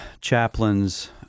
chaplains